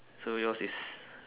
so yours is